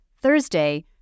Thursday